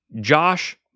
Josh